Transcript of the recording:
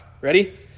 ready